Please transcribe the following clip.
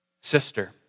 sister